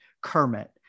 Kermit